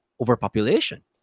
overpopulation